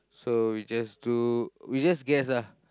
so we just do we just guess ah